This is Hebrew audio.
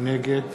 נגד